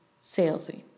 salesy